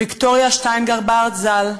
ויקטוריה שטיינגרברט ז"ל,